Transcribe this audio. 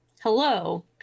Hello